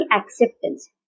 acceptance